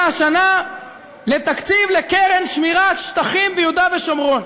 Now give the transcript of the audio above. השנה לתקציב לקרן שמירת שטחים ביהודה ושומרון.